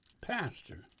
pastor